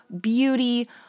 beauty